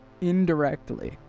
Indirectly